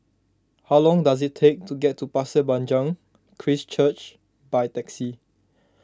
how long does it take to get to Pasir Panjang Christ Church by taxi